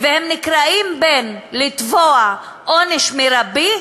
והם נקרעים בין לתבוע עונש מרבי,